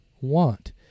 want